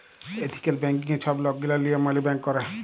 ethical ব্যাংকিংয়ে ছব লকগিলা লিয়ম মালে ব্যাংক ক্যরে